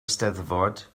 eisteddfod